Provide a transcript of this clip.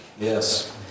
Yes